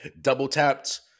double-tapped